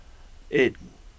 eight